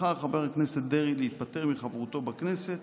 בחר חבר הכנסת דרעי להתפטר מחברותו בכנסת